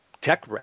tech